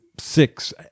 six